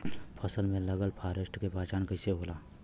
फसल में लगल फारेस्ट के पहचान कइसे होला?